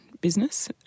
business